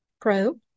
Pro